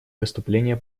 выступление